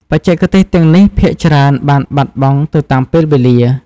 បច្ចេកទេសទាំងនេះភាគច្រើនបានបាត់បង់ទៅតាមពេលវេលា។